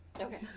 Okay